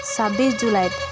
ছাব্বিছ জুলাইত